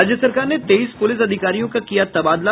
राज्य सरकार ने तेईस पुलिस अधिकारियों का किया तबादला